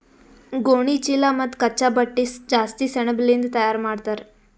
ಗೋಣಿಚೀಲಾ ಮತ್ತ್ ಕಚ್ಚಾ ಬಟ್ಟಿ ಜಾಸ್ತಿ ಸೆಣಬಲಿಂದ್ ತಯಾರ್ ಮಾಡ್ತರ್